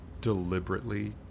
deliberately